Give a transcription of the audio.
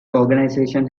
organization